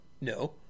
No